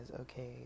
Okay